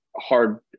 hard